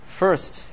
first